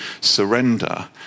surrender